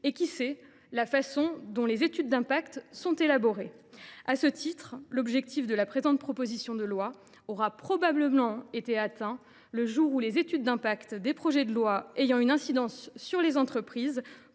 et, qui sait, dans la manière dont les études d’impact sont élaborées. À cet égard, l’objectif de la présente proposition de loi aura probablement été atteint le jour où les études d’impact des projets de loi ayant une incidence sur les entreprises